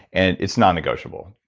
and it's non-negotiable.